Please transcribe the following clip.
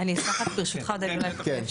אני אשמח רק ברשותך, אפשר?